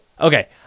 okay –